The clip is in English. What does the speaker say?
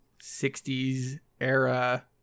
60s-era